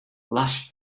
lush